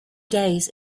days